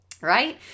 right